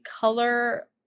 color